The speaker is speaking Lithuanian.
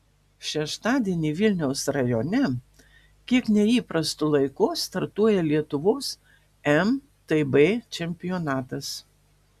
šeštadienį vilniaus rajone kiek neįprastu laiku startuoja lietuvos mtb čempionatas